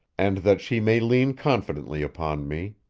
and that she may lean confidently upon me.